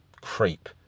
creep